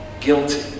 guilty